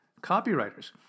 copywriters